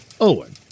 Owen